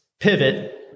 pivot